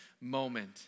moment